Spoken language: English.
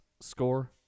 score